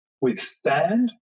withstand